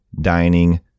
dining